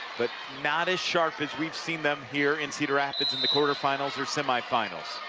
but not as sharp as we've seen them here in cedar rapids in the quarterfinals or semifinals.